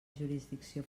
jurisdicció